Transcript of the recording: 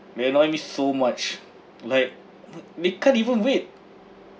they annoy me so much like m~ they can't even wait